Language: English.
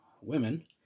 women